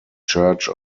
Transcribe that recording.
church